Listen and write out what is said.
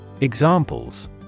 Examples